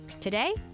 Today